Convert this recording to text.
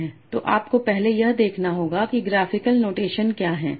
तो आपको पहले यह देखना होगा कि ग्राफिकल नोटेशन क्या है